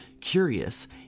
curious